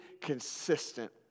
consistent